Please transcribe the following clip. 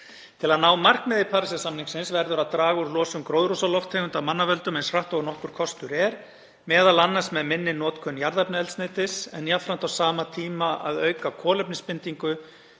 Til að ná markmiði Parísarsamningsins verður að draga úr losun gróðurhúsalofttegunda af mannavöldum eins hratt og nokkur kostur er, m.a. með minni notkun jarðefnaeldsneytis en jafnframt á sama tíma að auka kolefnisbindingu